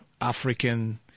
African